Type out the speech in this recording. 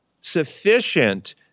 sufficient